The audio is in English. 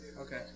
Okay